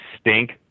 stink